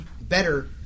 better